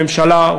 הממשלה,